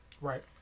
Right